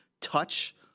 touch